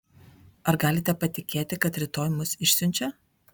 ar galite patikėti kad rytoj mus išsiunčia